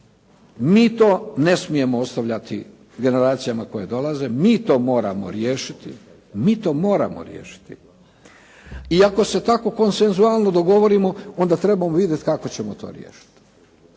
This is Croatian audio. Mi to ne smijemo ostavljati generacijama koje dolaze, mi to moramo riješiti. Mi to moramo riješiti. I ako se tako konsenzualno dogovorimo onda trebamo vidjet kako ćemo to riješit.